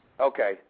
Okay